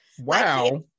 Wow